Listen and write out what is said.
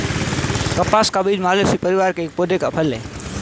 कपास का बीज मालवेसी परिवार के एक पौधे का फल है